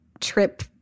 trip